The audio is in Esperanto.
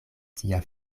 tia